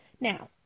Now